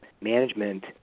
management